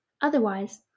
Otherwise